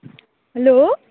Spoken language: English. hello